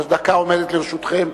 דקה עומדת לרשותכם.